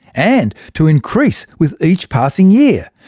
and to increase with each passing year.